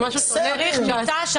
הוא צריך שם מיטה,